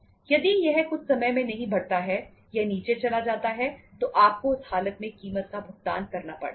यदि यह कुछ समय में नहीं बढ़ता है यह नीचे चला जाता है तो आपको उस हालात में कीमत का भुगतान करना पड़ता है